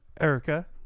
Erica